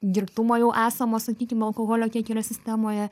girtumo jau esamo sakykim alkoholio kiek yra sistemoje